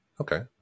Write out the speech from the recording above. okay